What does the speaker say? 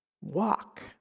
Walk